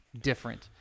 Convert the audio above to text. different